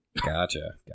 Gotcha